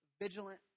vigilant